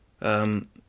Um